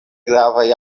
gravaj